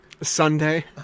Sunday